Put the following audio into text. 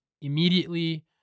immediately